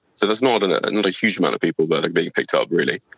so it's not and ah and not a huge amount of people that are being picked up really.